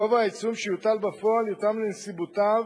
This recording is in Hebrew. גובה העיצום שיוטל בפועל יותאם לנסיבותיו